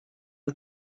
was